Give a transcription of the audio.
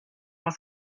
has